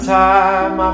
time